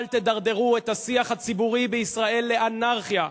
אל תדרדרו את השיח הציבורי בישראל לאנרכיה,